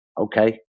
okay